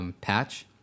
patch